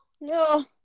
No